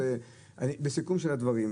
בסיכום של הדברים,